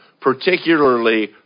particularly